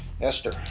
Esther